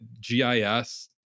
GIS